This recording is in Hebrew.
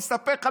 אני אספר לך.